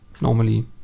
normally